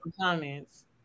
Comments